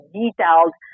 detailed